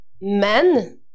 men